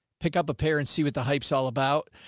pick up a pair and see what the hype is all about.